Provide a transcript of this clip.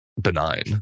benign